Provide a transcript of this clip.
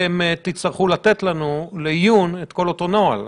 תצטרכו לתת לנו לעיון את אותו נוהל.